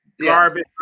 Garbage